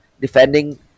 defending